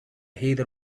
heather